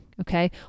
Okay